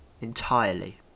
entirely